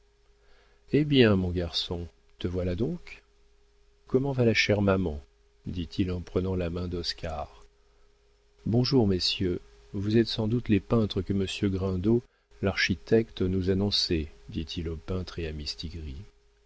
eh bien mon garçon te voilà donc comment va la chère maman dit-il en prenant la main d'oscar bonjour messieurs vous êtes sans doute les peintres que monsieur grindot l'architecte nous annonçait dit-il au peintre et à